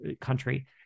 country